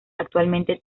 actualmente